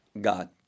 god